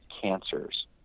cancers